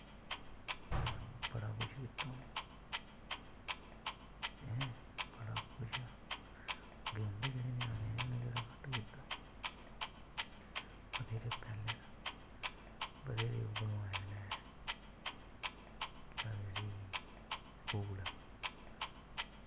बड़ा कुछ कीता उनें ते अग्गें उंदे जेह्ड़े ञ्यानें हे उनें केह्ड़ा घट्ट कीता बथ्हेरे मैह्ल न बथ्हेरे बनाए दे न केह् आखदे उसगी स्कूल